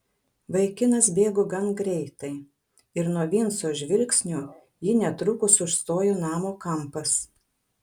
vaikinas bėgo gan greitai ir nuo vinco žvilgsnio jį netrukus užstojo namo kampas